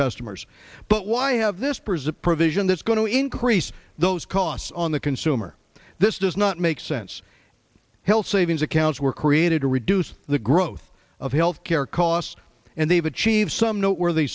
customers but why have this present provision that's going to increase those costs on the consumer this does not make sense health savings accounts were created to reduce the growth of health care costs and they've achieved some noteworthy